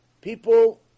People